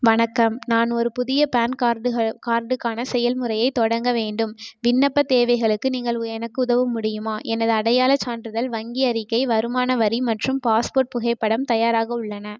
வணக்கம் நான் ஒரு புதிய பான் கார்டுகள் கார்டுக்கான செயல்முறையைத் தொடங்க வேண்டும் விண்ணப்பத் தேவைகளுக்கு நீங்கள் எனக்கு உதவ முடியுமா எனது அடையாளச் சான்றிதழ் வங்கி அறிக்கை வருமான வரி மற்றும் பாஸ்போர்ட் புகைப்படம் தயாராக உள்ளன